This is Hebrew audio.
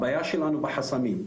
הבעיה שלנו בחסמים.